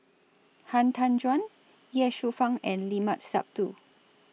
Han Tan Juan Ye Shufang and Limat Sabtu